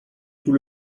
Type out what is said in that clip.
tout